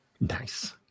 Nice